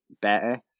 better